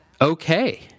okay